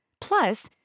plus